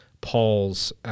Paul's